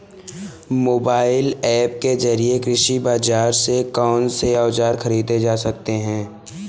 Mobile app के जरिए कृषि बाजार से कौन से औजार ख़रीदे जा सकते हैं?